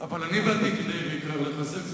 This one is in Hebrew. אבל אני בא בעיקר כדי לחזק.